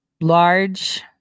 large